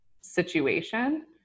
situation